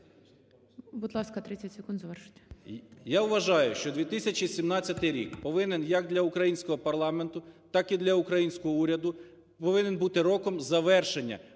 Будь ласка, 30 секунд. Завершуйте.